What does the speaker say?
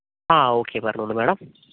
ആ ഓക്കെ പറഞ്ഞോളൂ മാഡം